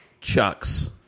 Chucks